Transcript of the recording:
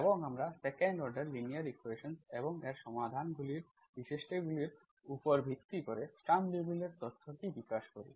এবং আমরা 2nd order linear equations এবং এর সমাধানের বৈশিষ্ট্যগুলির উপর ভিত্তি করে Sturm Liouville এর তত্ত্বটি বিকাশ করি